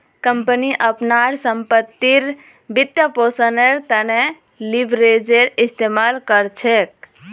company अपनार संपत्तिर वित्तपोषनेर त न लीवरेजेर इस्तमाल कर छेक